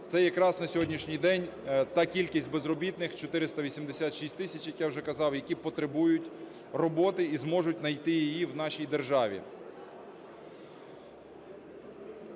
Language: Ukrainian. Це якраз на сьогоднішній день та кількість безробітних, 486 тисяч, як я вже казав, які потребують роботу і зможуть найти її в нашій державі.